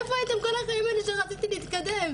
איפה הייתם כל השנים שרציתי להתקדם?